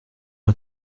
moi